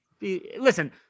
listen